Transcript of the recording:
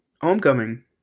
homecoming